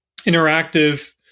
interactive